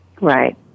Right